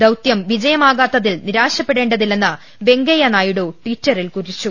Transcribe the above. ദൌത്യം വിജയമാകാത്തതിൽ നിരാശപ്പെടേണ്ടതി ല്ലെന്ന് വെങ്കയ്യനായിഡു ട്വിറ്ററിൽ കുറിച്ചു